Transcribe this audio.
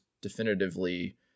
definitively